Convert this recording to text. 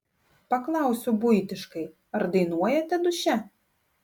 paklausiu buitiškai ar dainuojate duše